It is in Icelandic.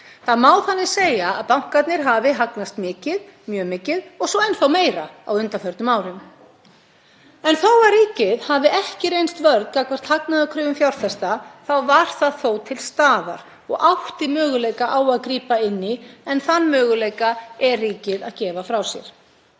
Það má þannig segja að bankarnir hafi hagnast mikið, mjög mikið, og svo enn þá meira á undanförnum árum. En þó að ríkið hafi ekki reynst vörn gagnvart hagnaðarkröfum fjárfesta þá var það þó til staðar og átti möguleika á að grípa inn í, en þann möguleika er ríkið að gefa frá sér.